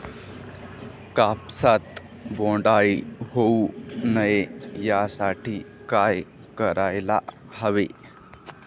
कापसात बोंडअळी होऊ नये यासाठी काय करायला हवे?